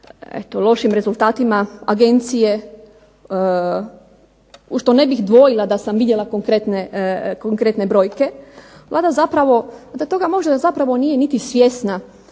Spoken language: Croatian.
lošim rezultatima agencije u što ne bih dvojila da sam vidjela konkretne brojke, Vlada zapravo, Vlada toga možda zapravo nije niti svjesna,